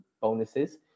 bonuses